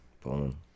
Boom